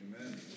Amen